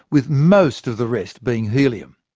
with most of the rest being helium.